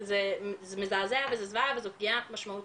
זה מזעזע וזה זוועה וזאת פגיעה משמעותית